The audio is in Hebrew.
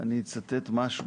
אני אצטט משהו.